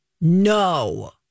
No